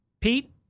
Pete